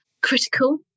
critical